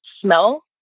smell